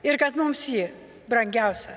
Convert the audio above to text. ir kad mums ji brangiausia